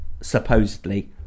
supposedly